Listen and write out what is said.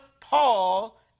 Paul